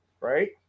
right